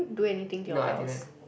do anything to your brows